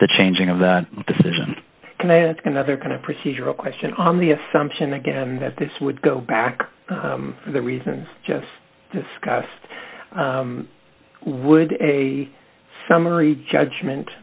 the changing of the decision can i ask another kind of procedural question on the assumption again that this would go back to the reasons just discussed would a summary judgment